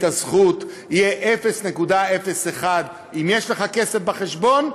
הזכות יהיה 0.01 אם יש לך כסף בחשבון,